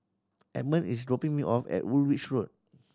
Edmund is dropping me off at Woolwich Road